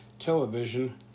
television